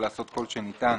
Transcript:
מאסר שנה,